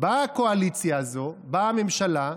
באה הקואליציה הזאת, באה הממשלה,